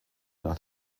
nach